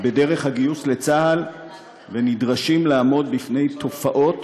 בדרך הגיוס לצה"ל ונדרשים לעמוד בפני תופעות